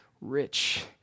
rich